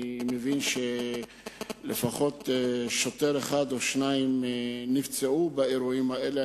אני מבין שלפחות שוטר אחד או שניים נפצעו באירועים האלה,